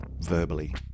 verbally